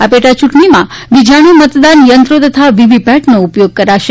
આ પેટાયૂંટણીમાં વીજાણુમતદાન યંત્રો તથા વીવીપેટનો ઉપયોગ કરાશે